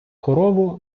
корову